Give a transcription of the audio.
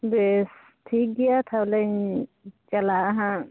ᱵᱮᱥ ᱴᱷᱤᱠ ᱜᱮᱭᱟ ᱛᱟᱦᱞᱮᱧ ᱪᱟᱞᱟᱜᱼᱟ ᱦᱟᱜ